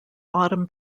autumn